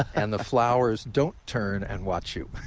and the flower don't turn and watch you.